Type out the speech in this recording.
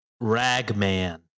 Ragman